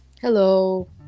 Hello